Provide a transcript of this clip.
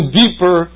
deeper